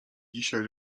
dzisiaj